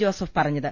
Joseph പറഞ്ഞത്